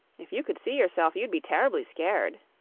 if you could see yourself you'd be terribly scared,